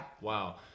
Wow